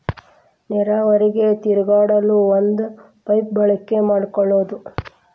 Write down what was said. ನೇರಾವರಿಗೆ ತಿರುಗಾಡು ಒಂದ ಪೈಪ ಬಳಕೆ ಮಾಡಕೊಳುದು